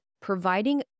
providing